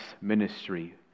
ministry